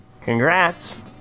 Congrats